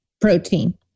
protein